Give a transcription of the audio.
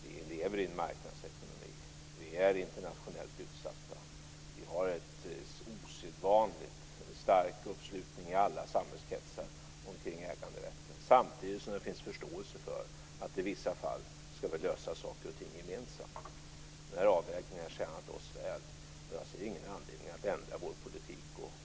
Vi lever i en marknadsekonomi, vi är internationellt utsatta, vi har en osedvanligt stark uppslutning i alla samhällskretsar omkring äganderätten, samtidigt som det finns förståelse för att vi i vissa fall ska lösa saker och ting gemensamt. Den här avvägningen har tjänat oss väl. Jag ser ingen anledning att ändra vår politik.